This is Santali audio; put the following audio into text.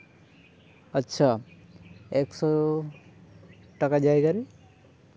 ᱟᱪᱪᱷᱟ ᱮᱠᱥᱳ ᱴᱟᱠᱟ ᱡᱟᱭᱜᱟ ᱨᱮ